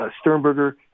Sternberger